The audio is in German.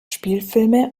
spielfilme